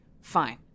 fine